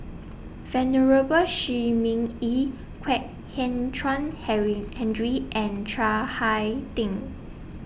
Venerable Shi Ming Yi Kwek Hian Chuan Henry Andre and Chiang Hai Ding